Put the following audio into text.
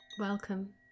Welcome